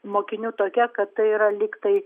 mokinių tokia kad tai yra lygtai